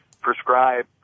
prescribe